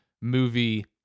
movie